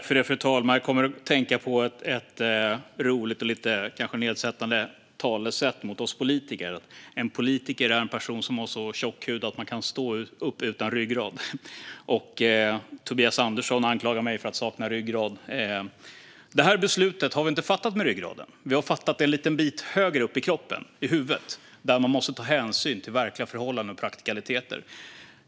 Fru talman! Jag kommer att tänka på ett roligt och kanske lite nedsättande talesätt om oss politiker: En politiker är en person som har så tjock hud att den kan stå upp utan ryggrad. Tobias Andersson anklagar mig för att sakna ryggrad. Det här beslutet har vi inte fattat med ryggraden. Vi har fattat det en liten bit högre upp i kroppen, i huvudet, där man måste ta hänsyn till verkliga förhållanden och praktikaliteter.